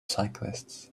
cyclists